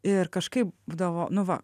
ir kažkaip būdavo nu va